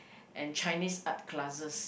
and Chinese art classes